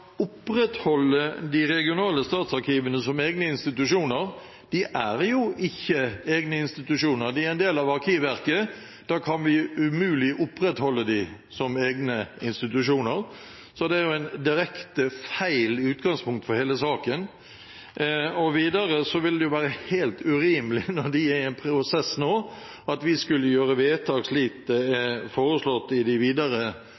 opprettholde de regionale statsarkivene som egne institusjoner. De er jo ikke egne institusjoner, de er en del av Arkivverket. Da kan vi umulig opprettholde dem som egne institusjoner. Det er et feil utgangspunkt for hele saken. Videre vil det være helt urimelig, når de er i en prosess nå, at vi skulle gjøre vedtak, slik det er